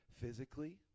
physically